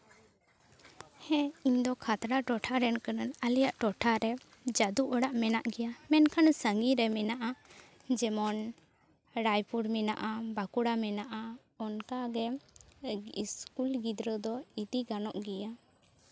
ᱦᱮᱸ ᱤᱧᱫᱚ ᱠᱷᱟᱛᱲᱟ ᱴᱚᱴᱷᱟᱨᱮᱱ ᱠᱟᱹᱱᱟᱹᱧ ᱟᱞᱮᱭᱟᱜ ᱴᱚᱴᱷᱟ ᱨᱮ ᱡᱟᱹᱫᱩ ᱚᱲᱟᱜ ᱢᱮᱱᱟᱜ ᱜᱮᱭᱟ ᱢᱮᱱᱠᱷᱟᱱ ᱥᱟᱺᱜᱤᱧ ᱨᱮ ᱢᱮᱱᱟᱜᱼᱟ ᱡᱮᱢᱚᱱ ᱨᱟᱭᱯᱩᱨ ᱢᱮᱱᱟᱜᱼᱟ ᱵᱟᱸᱠᱩᱲᱟ ᱢᱮᱱᱟᱜᱼᱟ ᱚᱱᱠᱟᱜᱮ ᱥᱠᱩᱞ ᱜᱤᱫᱽᱨᱟᱹ ᱫᱚ ᱤᱫᱤ ᱜᱟᱱᱚᱜ ᱜᱮᱭᱟ